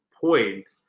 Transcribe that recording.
point